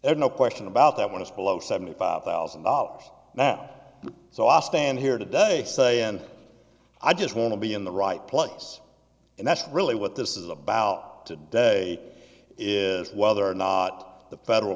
action no question about that when it's below seventy five thousand dollars now so i stand here today say and i just want to be in the right place and that's really what this is about today is whether or not the federal